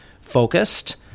focused